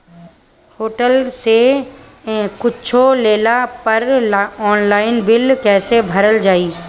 Hotel से कुच्छो लेला पर आनलाइन बिल कैसे भेजल जाइ?